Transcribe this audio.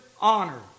honor